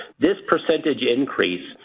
this percentage increase